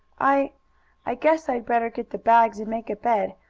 i i guess i'd better get the bags and make a bed,